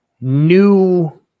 new